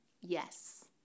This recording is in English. yes